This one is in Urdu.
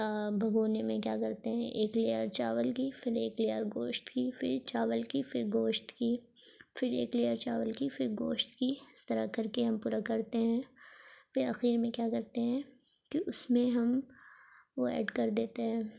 بگونے میں کیا کرتے ہیں ایک لیئر چاول کی پھر ایک لیئر گوشت کی پھر چاول کی پھر گوشت کی پھر ایک لیئر چاول کی پھر گوشت کی اس طرح کر کے ہم پورا کرتے ہیں پھر اخیر میں کیا کرتے ہیں کہ اس میں ہم وہ ایڈ کر دیتے ہیں